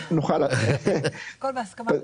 הכול בהסכמה.